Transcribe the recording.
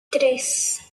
tres